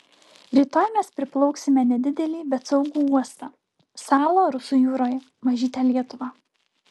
rytoj mes priplauksime nedidelį bet saugų uostą salą rusų jūroje mažytę lietuvą